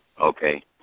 Okay